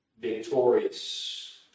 Victorious